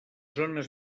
zones